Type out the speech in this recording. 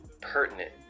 pertinent